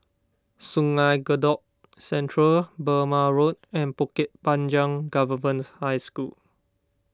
Sungei Kadut Central Burmah Road and Bukit Panjang Government High School